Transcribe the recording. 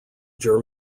geo